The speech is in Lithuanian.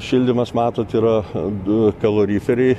šildymas matot yra du kaloriferiai